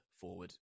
forward